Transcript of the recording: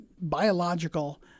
biological